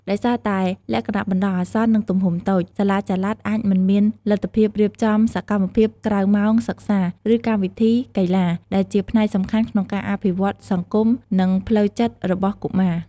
ដោយសារតែលក្ខណៈបណ្ដោះអាសន្ន និងទំហំតូច សាលាចល័តអាចមិនមានលទ្ធភាពរៀបចំសកម្មភាពក្រៅម៉ោងសិក្សា ឬកម្មវិធីកីឡា ដែលជាផ្នែកសំខាន់ក្នុងការអភិវឌ្ឍសង្គម និងផ្លូវចិត្តរបស់កុមារ។